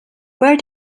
where